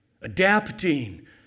Adapting